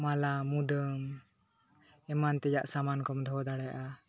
ᱢᱟᱞᱟ ᱢᱩᱫᱟᱹᱢ ᱮᱢᱟᱱ ᱛᱮᱭᱟᱜ ᱥᱟᱢᱟᱱ ᱠᱚᱢ ᱫᱚᱦᱚ ᱫᱟᱲᱮᱭᱟᱜᱼᱟ